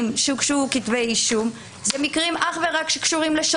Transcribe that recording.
שהוגשו כתבי אישום מדובר בשוטרים.